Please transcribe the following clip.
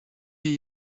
hier